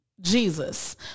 Jesus